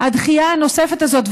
הדחייה הנוספת הזאת,